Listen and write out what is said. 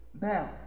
Now